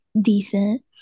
decent